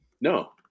No